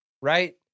right